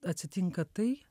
atsitinka tai